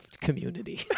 community